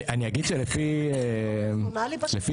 אני אגיד שלפי סוקרטס,